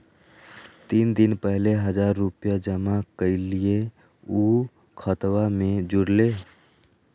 तीन दिन पहले हजार रूपा जमा कैलिये, ऊ खतबा में जुरले?